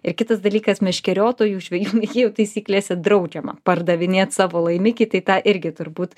ir kitas dalykas meškeriotojų žvejų mėgėjų taisyklėse draudžiama pardavinėt savo laimikį tai tą irgi turbūt